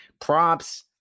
props